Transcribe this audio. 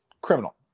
criminal